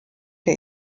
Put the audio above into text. der